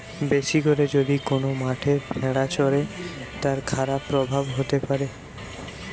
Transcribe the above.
বেশি করে যদি কোন মাঠে ভেড়া চরে, তার খারাপ প্রভাব হতে পারে